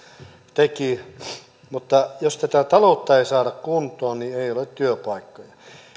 teki niin jos tätä taloutta ei saada kuntoon niin ei ole työpaikkoja ennen